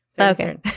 Okay